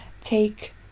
take